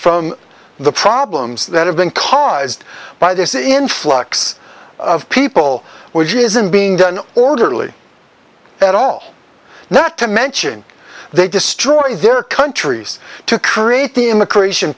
from the problems that have been caused by this influx of people which isn't being done orderly at all not to mention they destroy their countries to create the immigration